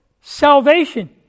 salvation